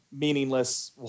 meaningless